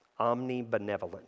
Omnibenevolent